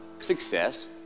success